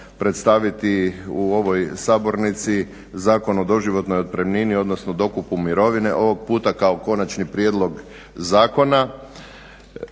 predstaviti u ovoj sabornici Zakon o doživotnoj otpremnini odnosno dokupu mirovine, ovog puta kao konačni prijedlog zakona.